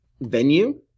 venue